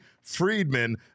Friedman